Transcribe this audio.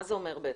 מה זה אומר בעצם?